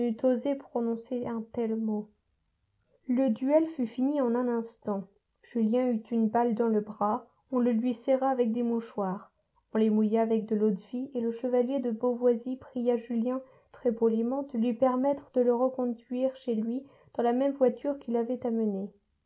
osé prononcer un tel mot le duel fut fini en un instant julien eut une balle dans le bras on le lui serra avec des mouchoirs on les mouilla avec de l'eau-de-vie et le chevalier de beauvoisis pria julien très poliment de lui permettre de le reconduire chez lui dans la même voiture qui l'avait amené